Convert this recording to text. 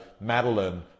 Madeline